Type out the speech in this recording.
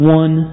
one